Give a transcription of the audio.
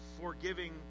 forgiving